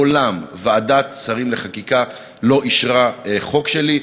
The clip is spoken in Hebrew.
מעולם לא אישרה ועדת שרים לחקיקה חוק שלי,